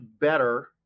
better